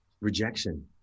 Rejection